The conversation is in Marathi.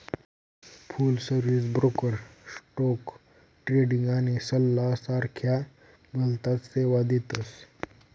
फुल सर्विस ब्रोकर स्टोक ट्रेडिंग आणि सल्ला सारख्या भलताच सेवा देतस